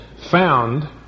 Found